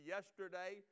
Yesterday